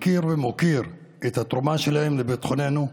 מכיר ומוקיר את התרומה שלהם לביטחוננו,